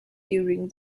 during